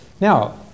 now